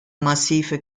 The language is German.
massive